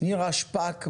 נירה שפק בזום.